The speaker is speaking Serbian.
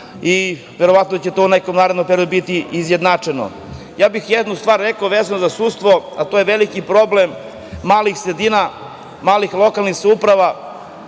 i verovatno će to u nekom narednom periodu biti izjednačeno. Rekao bih jednu stvar vezano za sudstvo, a to je veliki problem malih sredina, malih lokalnih samouprava